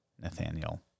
Nathaniel